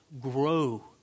grow